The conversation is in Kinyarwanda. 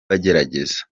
bagerageza